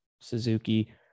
Suzuki